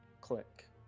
Click